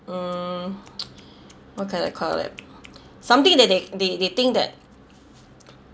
um why can't I recall it something that they they they think that